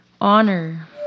honor